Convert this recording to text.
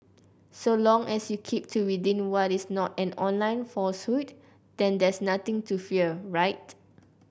so long as you keep to within what is not an online falsehood then there's nothing to fear right